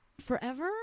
Forever